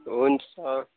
हुन्छ